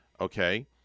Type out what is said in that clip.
Okay